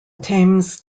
thames